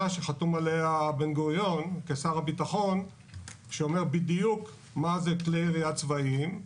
שחתום עליה בן גוריון כשר הביטחון שאומר בדיוק מה זה כלי ירייה צבאיים,